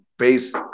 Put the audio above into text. base